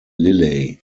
lilley